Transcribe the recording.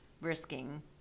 risking